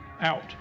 out